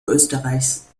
österreichs